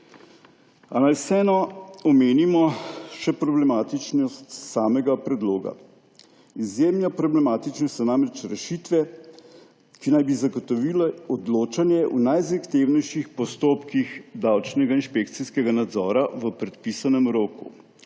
naj vseeno omenimo še problematičnost samega predloga. Izjemno problematične so namreč rešitve, ki naj bi zagotovile odločanje v najzahtevnejših postopkih davčnega inšpekcijskega nadzora v predpisanem roku.